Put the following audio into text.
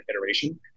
iteration